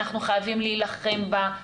אנחנו חייבים להילחם בה,